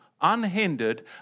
unhindered